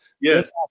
yes